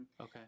Okay